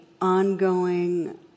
ongoing